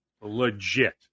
legit